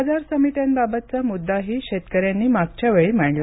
बाजार समित्यांबाबतचा मुद्दाही शेतकऱ्यांनी मागच्या वेळी मांडला